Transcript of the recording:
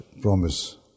promise